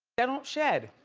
they don't shed.